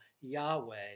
Yahweh